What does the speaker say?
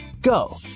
go